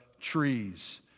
trees